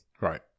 Right